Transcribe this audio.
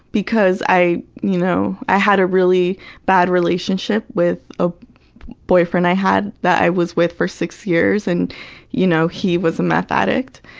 because i you know i had a really bad relationship with a boyfriend i had that i was with for six years, and you know he was a meth addict.